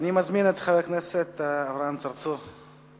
מזמין את חבר הכנסת אברהם צרצור.